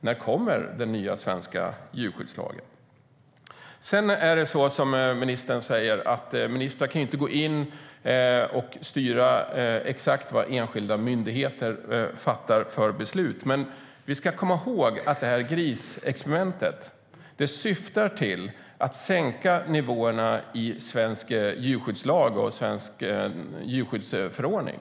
När kommer den nya svenska djurskyddslagen? Som ministern säger kan inte ministrar gå in och styra exakt vad enskilda myndigheter fattar för beslut. Men vi ska komma ihåg att det här grisexperimentet syftar till att sänka nivåerna i svensk djurskyddslag och svensk djurskyddsförordning.